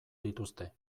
dituzte